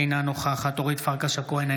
אינה נוכחת אורית פרקש הכהן,